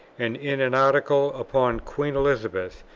and in an article upon queen elizabeth,